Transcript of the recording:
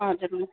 हजुर हुन्छ